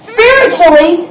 Spiritually